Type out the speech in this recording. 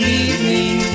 evening